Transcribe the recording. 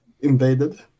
invaded